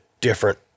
different